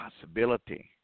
possibility